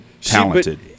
talented